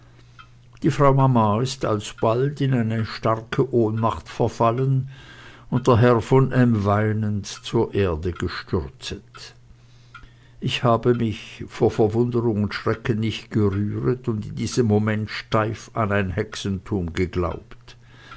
die frau mama ist alsobald in eine starke ohnmacht verfallen und der herr v m weinend zur erde gestürzet ich selbst habe mich vor verwunderung und schrecken nicht gerühret und in diesem moment steif an ein hexenthum geglaubt